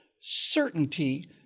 certainty